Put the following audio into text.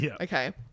Okay